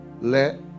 let